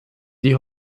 die